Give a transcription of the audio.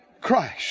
Christ